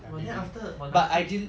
!wah! then after 我拿 P_H_D